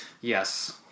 Yes